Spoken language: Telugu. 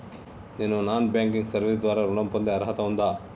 నేను నాన్ బ్యాంకింగ్ సర్వీస్ ద్వారా ఋణం పొందే అర్హత ఉందా?